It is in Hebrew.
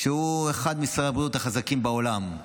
שהוא אחד משרי הבריאות החזקים בעולם,